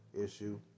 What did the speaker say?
issue